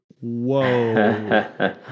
whoa